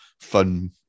fun